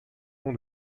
long